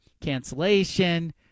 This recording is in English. cancellation